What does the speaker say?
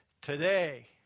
today